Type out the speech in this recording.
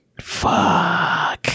fuck